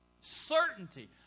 certainty